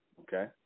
Okay